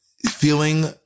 feeling